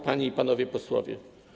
Panie i Panowie Posłowie!